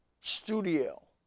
studio